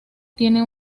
tiene